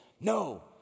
No